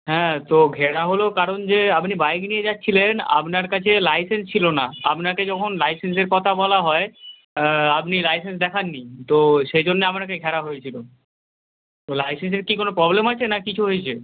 হ্যাঁ তো ঘেরা হলো কারণ যে আপনি বাইক নিয়ে যাচ্ছিলেন আপনার কাছে লাইসেন্স ছিল না আপনাকে যখন লাইসেন্সের কথা বলা হয় আপনি লাইসেন্স দেখাননি তো সেই জন্যে আপনাকে ঘেরা হয়েছিল তো লাইসেন্সের কি কোনো প্রবলেম আছে না কিছু হয়েছে